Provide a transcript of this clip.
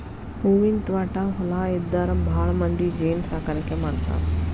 ಹೂವಿನ ತ್ವಾಟಾ ಹೊಲಾ ಇದ್ದಾರ ಭಾಳಮಂದಿ ಜೇನ ಸಾಕಾಣಿಕೆ ಮಾಡ್ತಾರ